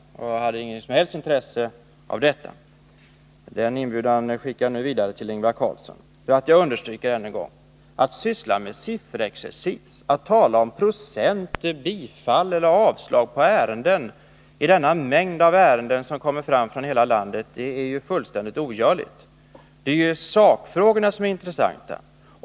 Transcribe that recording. Tidningen hade inget som helst intresse för detta. Men nu skickar jag inbjudan vidare till Ingvar Carlsson. Jag vill än en gång understryka: att syssla med sifferexercis, att tala om procent, bifall eller avslag på ärenden när det gäller denna mängd av ärenden från hela landet är fullkomligt ogörligt. Det är ju sakfrågorna som är intressanta.